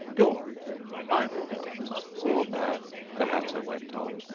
go on i'm a poor man the hatter went on,